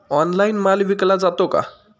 Online माल विकला जातो का?